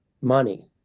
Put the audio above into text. money